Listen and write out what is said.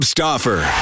Stoffer